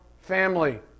family